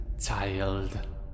child